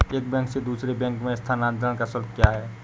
एक बैंक से दूसरे बैंक में स्थानांतरण का शुल्क क्या है?